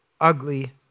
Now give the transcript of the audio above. ugly